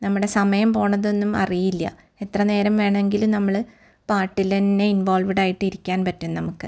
നമ്മുടെ സമയം പോകുന്നതൊന്നും അറിയില്ല എത്രനേരം വേണമെങ്കിലും നമ്മള് പാട്ടിൽ തന്നെ ഇൻവോൾവ്ഡ് ആയിട്ട് ഇരിക്കാൻ പറ്റും നമുക്ക്